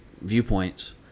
viewpoints